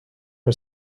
her